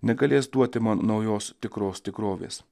negalės duoti man naujos tikros tikrovės